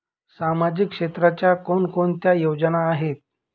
सामाजिक क्षेत्राच्या कोणकोणत्या योजना आहेत?